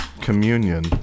Communion